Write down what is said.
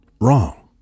wrong